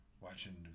watching